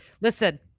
listen